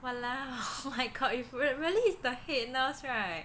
!walao! my god if really is the head nurse right